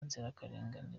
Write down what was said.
inzirakarengane